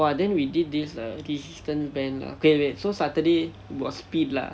oh then we did this err resistance band lah okay wait so saturday was speed lah